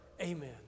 Amen